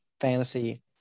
fantasy